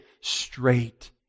straight